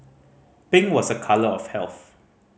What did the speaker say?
pink was a colour of health